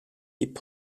hip